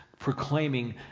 proclaiming